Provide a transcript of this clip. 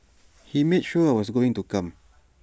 he made sure I was going to come